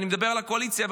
אני מדבר על הקואליציה,